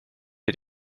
het